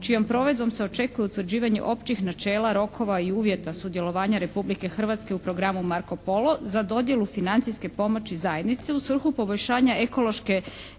čijom provedbom se očekuju utvrđivanja općih načela, rokova i uvjeta sudjelovanja Republike Hrvatske u programu Marko Polo za dodjelu financijske pomoći zajednici u svrhu poboljšanja ekološke